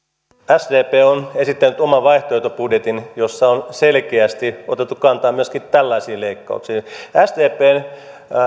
sdp on esittänyt oman vaihtoehtobudjetin jossa on selkeästi otettu kantaa myöskin tällaisiin leikkauksiin sdpn